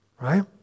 right